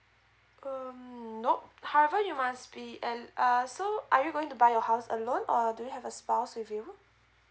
um nope however you must be at so are you going to buy a house alone or do you have a spouse with you